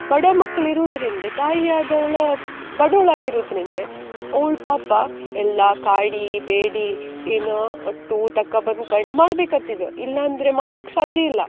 ಬಡ ಮಕ್ಳು ಇರೋದ್ರಿಂದ ತಾಯಿ ಆದವ್ಳು ಬಡವ್ಳು ಆಗಿರೋದ್ರಿಂದ ಅವ್ಳು ಪಾಪ ಎಲ್ಲ ಕಾಡಿ ಬೇಡಿ ಏನು ಅಷ್ಟು ತಕಬಂದ್ಕಂಡು ಮಾಡ್ಬೇಕಾತಿದೆ ಇಲ್ಲ ಅಂದರೆ ಮಾಡುಕ್ಕೆ ಸಾಧ್ಯ ಇಲ್ಲ